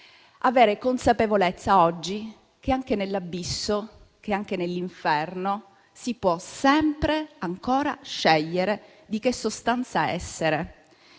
avere consapevolezza oggi che, anche nell'abisso, anche nell'inferno, si può sempre ancora scegliere di che sostanza essere.